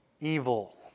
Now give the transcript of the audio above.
evil